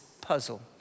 puzzle